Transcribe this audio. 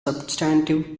substantive